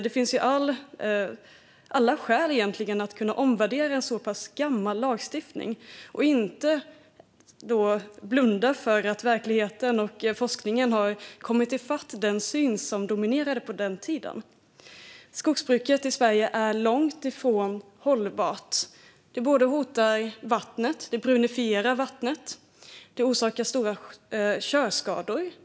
Det finns egentligen alla skäl att omvärdera en så pass gammal lagstiftning och inte blunda för att verkligheten och forskningen har kommit i fatt den syn som dominerade på den tiden. Skogsbruket i Sverige är långt ifrån hållbart. Det hotar vattnet och brunifierar vattnet. Det orsakar stora körskador.